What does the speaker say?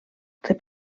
rep